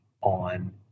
on